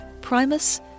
Primus